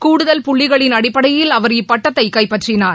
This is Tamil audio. கூடுதல் புள்ளிகளின் அடிப்படையில் அவர் இப்பட்டத்தை கைப்பற்றினார்